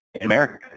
America